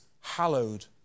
hallowed